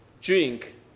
drink